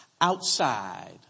outside